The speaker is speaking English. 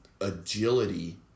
agility